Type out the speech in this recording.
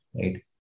right